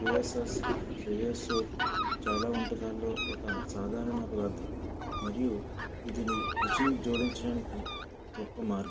soya sauce soya soup చాలా వంటకాల్లో ఒక సాధారణ పదార్ధం మరియు ఇది రుచిని జోడించడానికి గొప్ప మార్గం